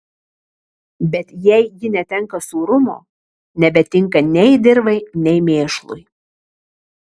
bet jei ji netenka sūrumo nebetinka nei dirvai nei mėšlui